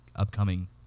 upcoming